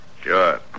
Sure